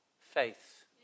faith